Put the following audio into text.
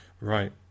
Right